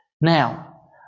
Now